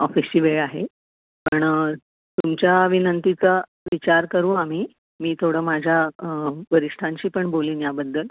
ऑफिसची वेळ आहे पण तुमच्या विनंतीचा विचार करू आम्ही मी थोडं माझ्या वरिष्ठांशी पण बोलीन याबद्दल